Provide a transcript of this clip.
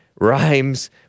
Rhymes